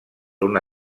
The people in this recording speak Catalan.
una